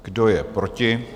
Kdo je proti?